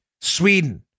Sweden